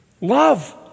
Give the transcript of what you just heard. love